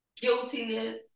guiltiness